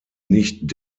nicht